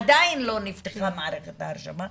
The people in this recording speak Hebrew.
עדיין לא נפתחה מערכת ההרשמה,